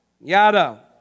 Yada